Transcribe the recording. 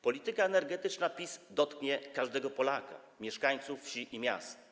Polityka energetyczna PiS dotknie każdego Polaka, mieszkańców wsi i miast.